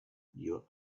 your